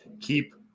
keep